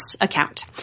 account